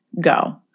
go